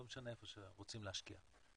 לא משנה, איפה שרוצים להשקיע.